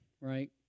right